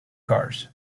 cars